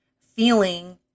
feeling